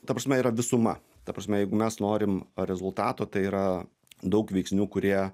ta prasme yra visuma ta prasme jeigu mes norim rezultato tai yra daug veiksnių kurie